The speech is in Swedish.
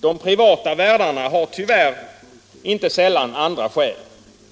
De privata värdarna har tyvärr inte sällan andra skäl.